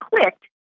clicked